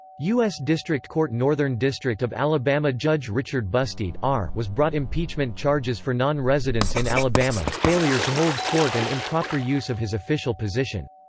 us district court northern district of alabama judge richard busteed was brought impeachment charges for non-residence in alabama, failure to hold court and improper use of his official position.